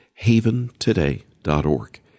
haventoday.org